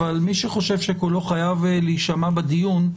אבל מי שחושב שקולו חייב להישמע בדיון,